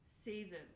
season